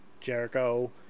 Jericho